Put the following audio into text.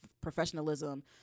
professionalism